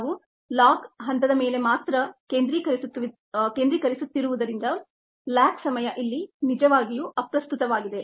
ನಾವು ಲಾಗ್ ಹಂತದ ಮೇಲೆ ಮಾತ್ರ ಕೇಂದ್ರೀಕರಿಸುತ್ತಿರುವುದರಿಂದ ಲ್ಯಾಗ್ ಸಮಯ ಇಲ್ಲಿ ನಿಜವಾಗಿಯೂ ಅಪ್ರಸ್ತುತವಾಗಿದೆ